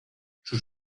sus